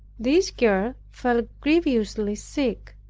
this girl fell grievously sick.